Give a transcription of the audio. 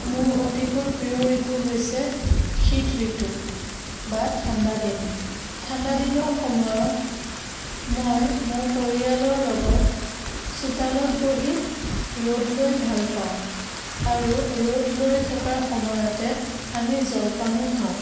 মোৰ অতিকৈ প্ৰিয় ঋতু হৈছে শীত ঋতু বা ঠাণ্ডা দিন ঠাণ্ডা দিনৰ সময়ত মই মোৰ পৰিয়ালৰ লগত চোতালত বহি ৰ'দ লৈ ভাল পাওঁ আৰু ৰ'দ লৈ থকাৰ সময়তে আমি জলপানো খাওঁ